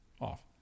Off